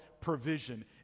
provision